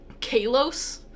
Kalos